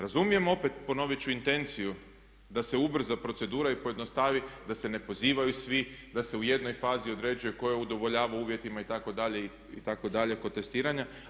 Razumijem opet ponovit ću intenciju da se ubrza procedura i pojednostavi da se ne pozivaju svi, da se u jednoj fazi određuje tko je udovoljavao uvjetima itd. itd. kod testiranja.